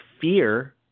fear